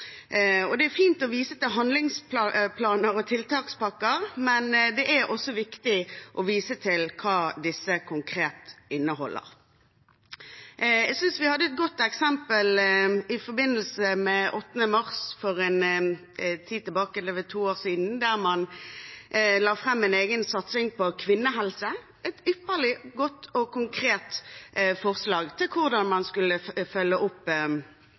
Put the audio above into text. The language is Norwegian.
Det er fint å vise til handlingsplaner og tiltakspakker, men det er også viktig å vise til hva disse konkret inneholder. Jeg synes vi hadde et godt eksempel i forbindelse med 8. mars for en tid tilbake – det er vel to år siden – der man la fram en egen satsing for kvinnehelse, som var et ypperlig, godt og konkret forslag til hvordan man skulle følge opp